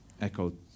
echoed